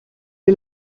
est